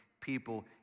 people